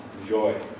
enjoy